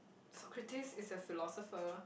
Socrates is a philosopher